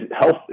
health